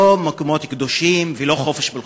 לא מקומות קדושים ולא חופש פולחן.